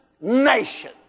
nation